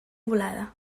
volada